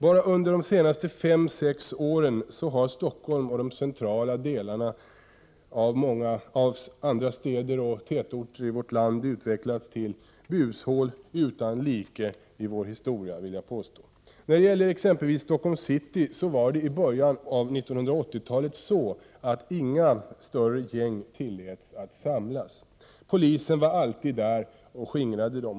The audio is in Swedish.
Bara under de senaste fem sex åren har Stockholm och de centrala delarna av andra städer och tätorter i vårt land utvecklats till — det vill jag påstå — bushål utan like i vår historia. När det gäller exempelvis Stockholms city var det i början av 1980-talet så, att inga större gäng tilläts att samlas. Polisen var alltid där och skingrade dem.